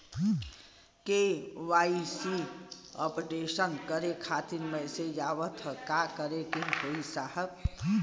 KYC updation करें खातिर message आवत ह का करे के होई साहब?